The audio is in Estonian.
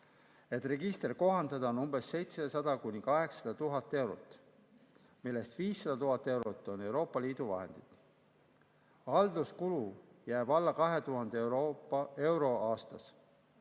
et register kohandada, on 700 000 – 800 000 eurot, millest 500 000 eurot on Euroopa Liidu vahendid. Halduskulu jääb alla 2000 euro aastas.